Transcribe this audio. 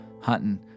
hunting